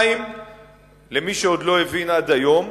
2. למי שעוד לא הבין עד היום,